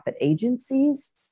agencies